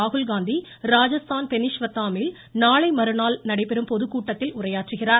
ராகுல் காந்தி ராஜஸ்தான் பெனீஷ்வர்தாமில் நாளை மறுநாள் நடைபெறும் பொதுக்கூட்டத்தில் உரையாற்றுகிறார்